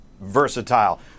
versatile